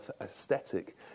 aesthetic